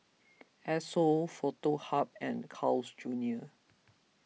Esso Foto Hub and Carl's Junior